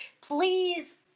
Please